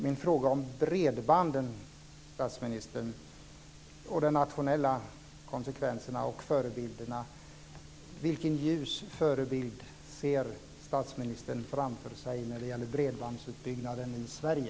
Min fråga om bredbanden, de nationella konsekvenserna och förebilderna blir: Vilken ljus förebild ser statsministern framför sig vad gäller bredbandsutbyggnaden i Sverige?